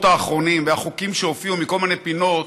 האחרונים והחוקים שהופיעו מכל מיני פינות,